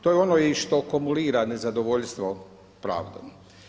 To je ono i što akumulira nezadovoljstvo pravdom.